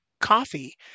coffee